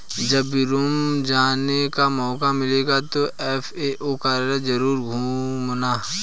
जब भी रोम जाने का मौका मिलेगा तो एफ.ए.ओ कार्यालय जरूर घूमूंगा